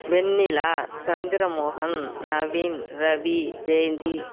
Vennila Chandramohan Naveen Ravi Jayanthi